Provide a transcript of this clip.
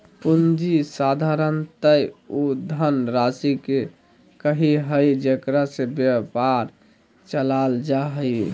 पूँजी साधारणतय उ धनराशि के कहइ हइ जेकरा से व्यापार चलाल जा हइ